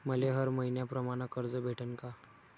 मले हर मईन्याप्रमाणं कर्ज भेटन का?